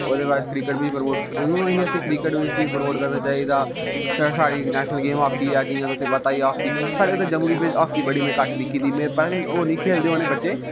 ओहदे बाद क्रिकेट बी प्रमोट करना चाहिदा साढ़ी नेशनल गेम ऐ हाकी जियां तुसें गी पता गै है हाकी साढ़े इत्थै जम्मू कश्मीर हाकी में बड़ी घट्ट दिक्खी दी